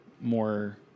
more